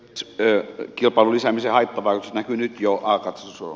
kilpailun lisäämisen haittavaikutukset näkyvät nyt jo